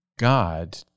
God